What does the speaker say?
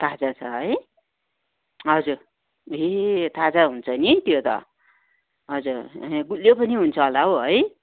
ताजा छ है हजुर ए ताजा हुन्छ नि त्यो त हजुर ए गुलियो पनि हुन्छ होला हौ है